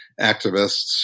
activists